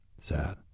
sad